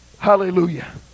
hallelujah